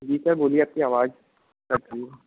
जी sir बोलिए आपकी आवाज़ कट रही है